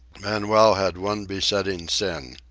manuel had one besetting sin.